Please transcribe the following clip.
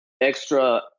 extra